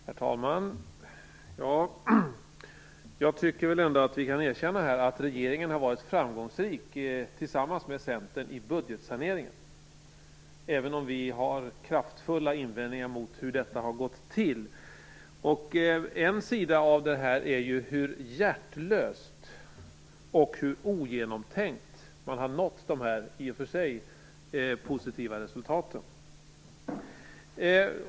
Herr talman! Jag tycker ändå att vi kan erkänna att regeringen, tillsammans med Centern, har varit framgångsrik i budgetsaneringen, även om vi har kraftfulla invändningar mot hur detta har gått till. En sida av det här är ju hur hjärtlöst och hur ogenomtänkt man har nått de här i och för sig positiva resultaten.